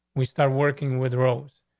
we start working with rose.